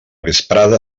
vesprada